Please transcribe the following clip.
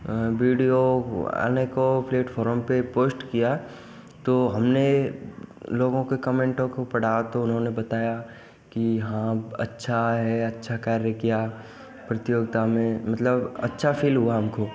video आने को फ़िर फोरन पर पोस्ट किया तो हमने लोगों के कमेंटों को पढ़ा तो उन्होंने बताया कि हाँ अच्छा है अच्छा कार्य किया प्रतियोगिता में मतलब अच्छा फील हुआ हमको